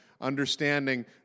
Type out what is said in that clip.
understanding